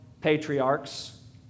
patriarchs